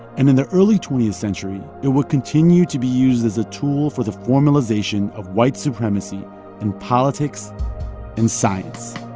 and in the early twentieth century, it would continue to be used as a tool for the formalization of white supremacy in politics and science